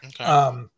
Okay